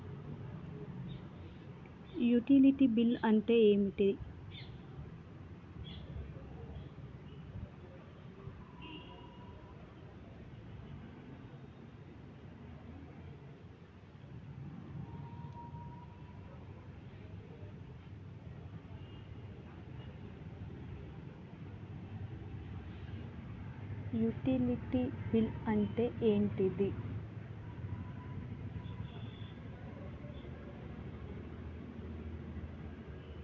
Utility bill అంటే ఏంటిది?